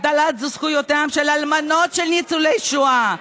הגדלת זכויותיהן של אלמנות של ניצולי שואה,